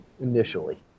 initially